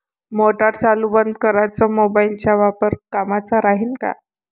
Motor चालू बंद कराच मोबाईलचा वापर कामाचा राहीन का?